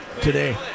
today